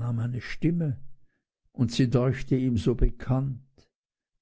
eine stimme und sie deuchte ihn so bekannt